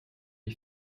est